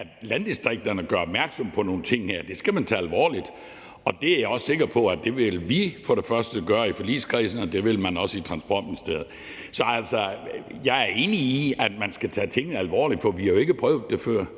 at landdistrikterne gør opmærksom på nogle ting, skal man tage alvorligt. Det er jeg også sikker på at vi vil gøre i forligskredsen, og det vil man også gøre i Transportministeriet. Så jeg er enig i, at man skal tage tingene alvorligt, for vi har jo ikke prøvet det før.